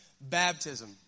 baptism